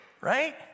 right